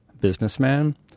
businessman